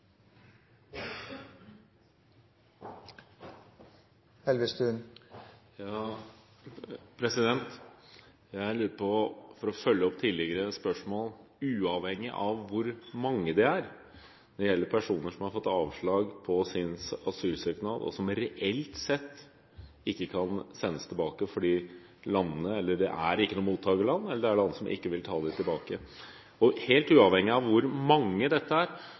Jeg vil følge opp tidligere spørsmål. Uavhengig av hvor mange personer det er som har fått avslag på sin asylsøknad, lurer jeg på hvor mange som reelt sett ikke kan sendes tilbake – fordi det ikke er noe mottakerland, eller fordi det er land som ikke vil ta dem tilbake. Helt uavhengig av hvor mange dette er: